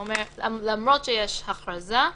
הוא אומר: למרות שיש הכרזה,